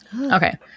Okay